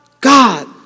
God